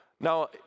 Now